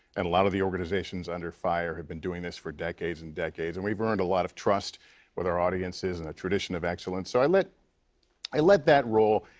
and a lot of the organizations under fire, have been doing this for decades and decades. and we've earned a lot of trust with our audiences and a tradition of excellence. so i let i let that roll.